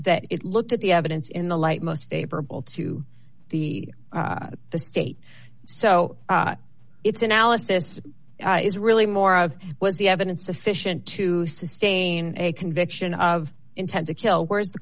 that it looked at the evidence in the light most favorable to the the state so its analysis is really more of what the evidence sufficient to sustain a conviction of intent to kill whereas the